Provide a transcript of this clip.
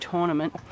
Tournament